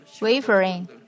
wavering